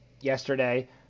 yesterday